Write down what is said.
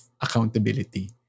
accountability